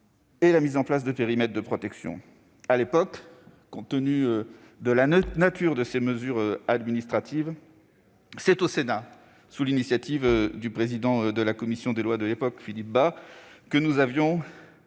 de culte et des périmètres de protection. Compte tenu de la nature de ces mesures administratives, c'est le Sénat, sur l'initiative du président de la commission des lois de l'époque, Philippe Bas, qui a émis